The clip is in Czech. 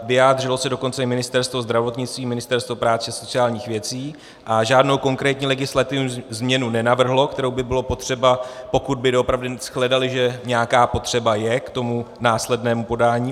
Vyjádřila se dokonce i Ministerstvo zdravotnictví a Ministerstvo práce a sociálních věcí a žádnou konkrétní legislativní změnu nenavrhla, kterou by bylo potřeba, pokud by doopravdy shledala, že nějaká potřeba je k tomu následnému podání u nich.